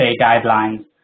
guidelines